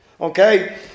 Okay